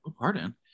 Pardon